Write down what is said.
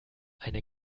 eine